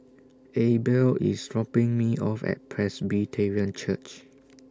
Abel IS dropping Me off At Presbyterian Church